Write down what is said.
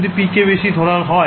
যদি p কে অনেক বেশি ধরা হয়